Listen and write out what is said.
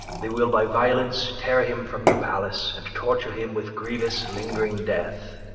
they will by violence teare him from your pallace, and torture him with grieuous lingring death.